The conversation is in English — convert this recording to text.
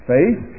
Faith